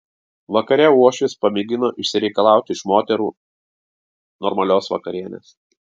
vakare uošvis pamėgino išsireikalauti iš moterų normalios vakarienės